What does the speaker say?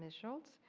ah schultz,